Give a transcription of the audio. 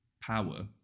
power